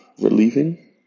relieving